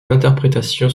interprétations